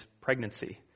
pregnancy